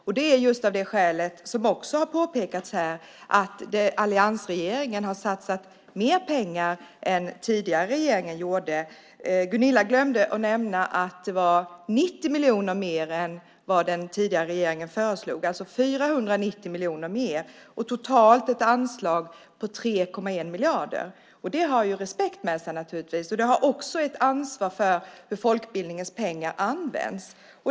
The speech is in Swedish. Anledningen till det är, vilket påpekats här, att alliansregeringen satsat mer pengar än tidigare regeringar gjorde. Gunilla glömde att nämna att det var 90 miljoner mer än vad den tidigare regeringen föreslog, alltså 490 miljoner mer. Totalt är anslaget på 3,1 miljarder. Det för naturligtvis respekt med sig. Det medför också ett ansvar för hur folkbildningens pengar används.